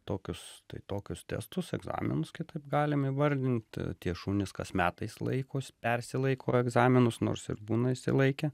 tokius tai tokius testus egzaminus kitaip galim įvardint tie šunys kas metais laikosi persilaiko egzaminus nors ir būna išsilaikę